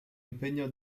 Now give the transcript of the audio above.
impegnò